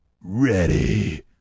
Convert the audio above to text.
ready